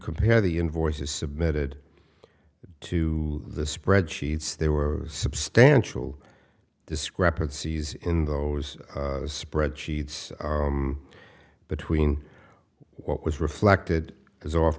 compare the invoices submitted to the spreadsheets there were substantial discrepancies in those spreadsheets between what was reflected as off